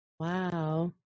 Wow